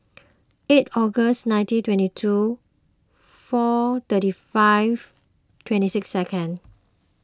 eight Octs ninteen twenty two four thirty five twenty six second